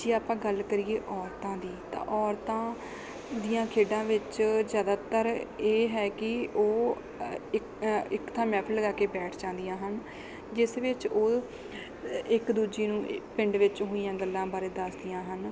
ਜੇ ਆਪਾਂ ਗੱਲ ਕਰੀਏ ਔਰਤਾਂ ਦੀ ਤਾਂ ਔਰਤਾਂ ਦੀਆਂ ਖੇਡਾਂ ਵਿੱਚ ਜ਼ਿਆਦਾਤਰ ਇਹ ਹੈ ਕਿ ਉਹ ਇੱਕ ਇੱਕ ਤਾਂ ਮਹਿਫਲ ਲਗਾ ਕੇ ਬੈਠ ਜਾਂਦੀਆਂ ਹਨ ਜਿਸ ਵਿੱਚ ਉਹ ਇੱਕ ਦੂਜੀ ਨੂੰ ਪਿੰਡ ਵਿੱਚ ਹੋਈਆਂ ਗੱਲਾਂ ਬਾਰੇ ਦੱਸਦੀਆਂ ਹਨ